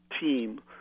team